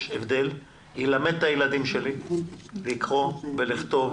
אני אלמד את הילדים שלי לקרוא ולכתוב,